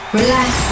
relax